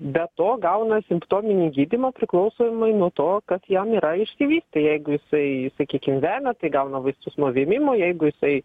be to gauna simptominį gydymą priklausomai nuo to kas jam yra išsivystę jeigu jisai sakykim vemia tai gauna vaistus nuo vėmimo jeigu jisai